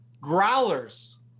growlers